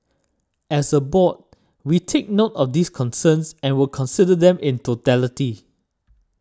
as a board we take note of these concerns and will consider them in totality